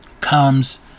comes